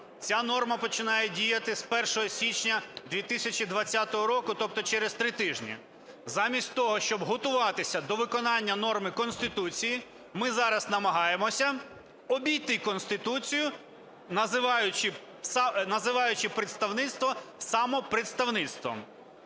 Ця норма починає діяти з 1 січня 2020 року, тобто через три тижні. Замість того, щоб готуватися до виконання норми Конституції, ми зараз намагаємося обійти Конституцію, називаючи представництво самопредставництвом.